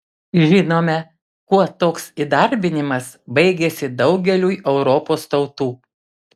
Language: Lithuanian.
žinome kuo toks įdarbinimas baigėsi daugeliui europos tautų